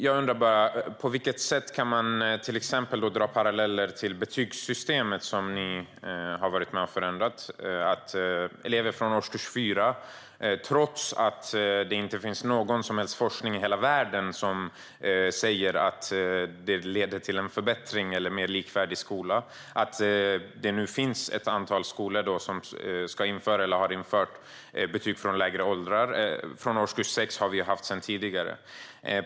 Jag undrar bara på vilket sätt man kan dra paralleller till exempelvis betygssystemet, som ni har varit med och förändrat. Trots att det inte finns någon som helst forskning i hela världen som säger att det leder till en förbättrad eller mer likvärdig skola finns det nu ett antal skolor som ska införa eller har infört betyg från lägre åldrar - från årskurs 6 har vi sedan tidigare.